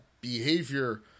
behavior –